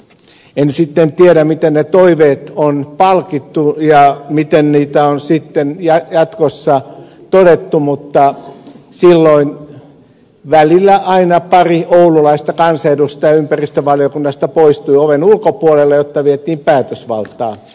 en sitten tiedä miten ne toiveet on palkittu ja miten niitä on sitten jatkossa todettu mutta silloin aina välillä pari oululaista kansanedustajaa ympäristövaliokunnasta poistui oven ulkopuolelle jotta vietiin päätösvaltaa